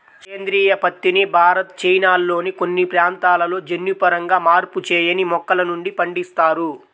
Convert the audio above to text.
సేంద్రీయ పత్తిని భారత్, చైనాల్లోని కొన్ని ప్రాంతాలలో జన్యుపరంగా మార్పు చేయని మొక్కల నుండి పండిస్తారు